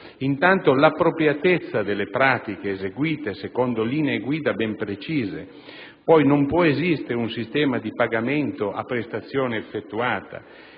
intanto, l'appropriatezza delle pratiche, eseguite secondo linee guida ben definite; non può esistere un sistema di pagamento a prestazione effettuata;